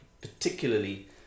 particularly